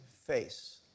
face